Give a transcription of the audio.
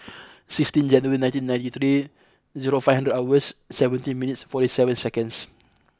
sixteenth January nineteen ninety three zero five hundred hours seventeen minutes forty seven seconds